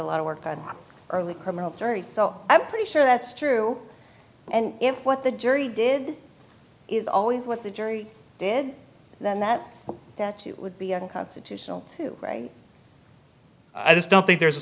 a lot of work on early criminal jury so i'm pretty sure that's true and if what the jury did is always what the jury did then that would be unconstitutional too great i just don't think there's a